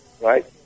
right